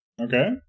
Okay